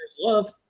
love